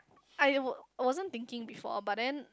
I wa~ wasn't thinking before but then